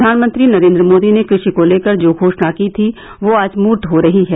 प्रधानमंत्री नरेन्द्र मोदी ने कृशि को लेकर जो घोशणा की थी वह आज मूर्त हो रही है